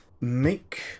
Make